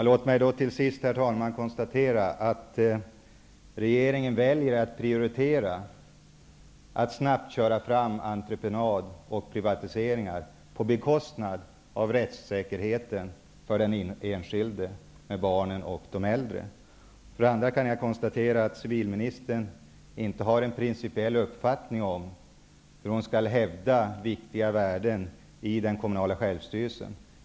Herr talman! Till sist konstaterar jag att regeringen väljer att prioritera att snabbt lägga fram förslag om entreprenad och privatiseringar på bekostnad av rättssäkerheten för den enskilde, för barnen och de äldre. Civilministern har inte någon principiell uppfattning om hur hon skall hävda viktiga värden i den kommunala självstyrelsen.